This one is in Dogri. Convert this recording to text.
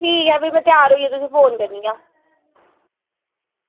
ठीक ऐ भी में त्यार होइयै तुसेंगी फोन करनी ऐ